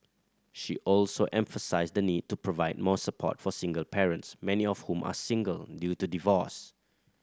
she also emphasised the need to provide more support for single parents many of whom are single due to divorce